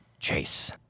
Chase